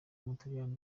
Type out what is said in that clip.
w’umutaliyani